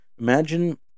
Imagine